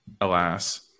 alas